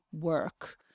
work